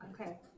Okay